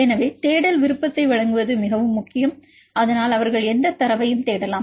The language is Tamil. எனவே தேடல் விருப்பத்தை வழங்குவது முக்கியம் இதனால் அவர்கள் எந்த தரவையும் தேடலாம்